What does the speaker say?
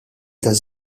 taż